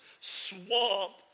swamp